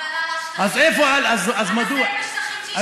אבל מה נעשה עם